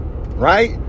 Right